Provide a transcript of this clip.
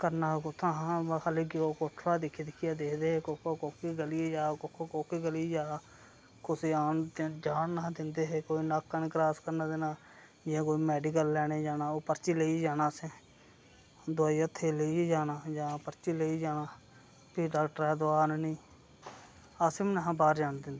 करना कुत्थुंआ हां बा खाल्ली ओह् कोठरा दिक्खी दिक्खियै दे दे हे कोह्की कोह्की ग'ली ऐ जां कोह्की कोह्की ग'ली जाना कुसै आन नि देना जान निहा दिंदे हे कुदै नाका नि क्रास करन देना जां कोई मेडिकल लैने जाना होऐ ओह् परची लेइयै जाना असें दवाई हत्थें लेइयै जाना जां परची लेइयै जाना फेर डोक्टरै दा दोआ आह्ननी असें बी ना हा बाह्र जान दिंदे